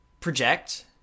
project